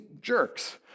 jerks